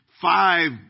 five